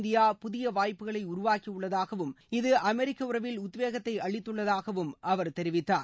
India புதிய வாய்ப்புகளை உருவாக்கியுள்ளதாகவும் இது அமெரிக்க புதிய உறவில் உத்வேகத்தை அளித்துள்ளதாகவும் அவர் தெரிவித்தார்